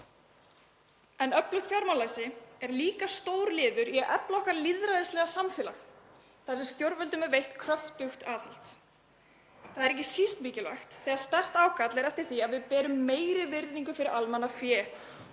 Öflugt fjármálalæsi er líka stór liður í að efla okkar lýðræðislega samfélag þar sem stjórnvöldum er veitt kröftugt aðhald. Það er ekki síst mikilvægt þegar sterkt ákall er eftir því að við berum meiri virðingu fyrir almannafé